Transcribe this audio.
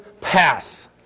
path